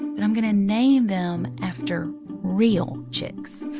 but i'm going to name them after real chicks,